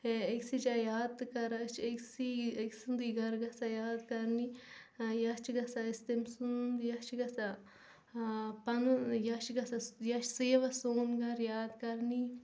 أکۍسٕے جایہِ یاد تہٕ کَران أسۍ چھِ أکۍسٕے أکۍ سُنٛدُے گَرٕ گَژھان یاد کَرنہِ یا چھِ گَژھان أسۍ تٔمۍ سُنٛد یا چھِ گَژھان پَنُن یا چھِ گَژھان یا چھِ سُہ یِوان سون گَرٕ یاد کَرنی